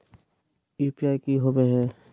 UPI की होवे हय?